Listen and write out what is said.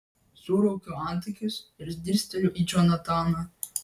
suraukiu antakius ir dirsteliu į džonataną